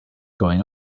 going